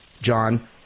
John